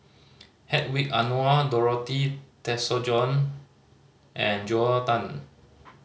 Hedwig Anuar Dorothy Tessensohn and Joel Tan